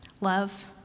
love